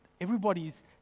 everybody's